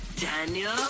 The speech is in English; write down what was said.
Daniel